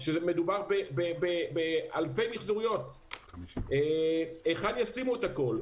מדובר באלפי מחזוריות; היכן ישימו הכול?